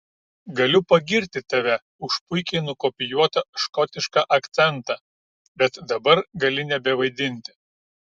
galiu pagirti tave už puikiai nukopijuotą škotišką akcentą bet dabar gali nebevaidinti